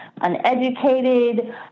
uneducated